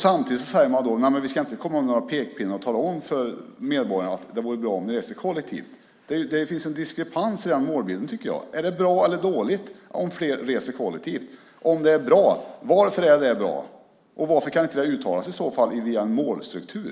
Samtidigt säger man: Nej, men vi ska inte komma med några pekpinnar och tala om för medborgarna att det är bra om de reser kollektivt. Det finns en diskrepans i den målbilden, tycker jag. Är det bra eller dåligt om fler reser kollektivt? Om det är bra undrar jag: Varför är det bra? Och varför kan det i så fall inte uttalas i en målstruktur?